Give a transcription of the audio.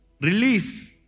Release